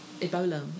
Ebola